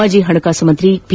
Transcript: ಮಾಜಿ ಹಣಕಾಸು ಸಚಿವ ಪಿ